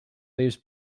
leaves